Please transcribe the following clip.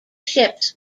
ships